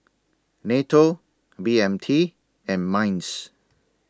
NATO B M T and Minds